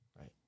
right